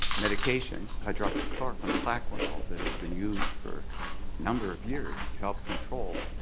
medications, hydroxychloroquine plaquenil, that has been used for number of years to help control